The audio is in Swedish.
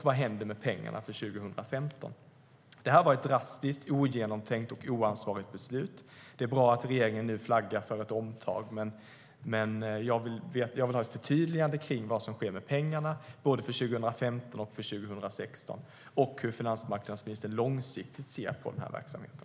Vad händer med pengarna för 2015?